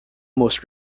most